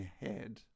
head